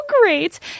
great